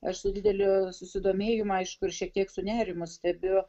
aš su dideliu susidomėjimu aišku ir šiek tiek su nerimu stebiu